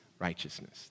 righteousness